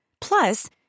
Plus